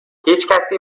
هیچکسی